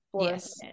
Yes